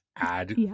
add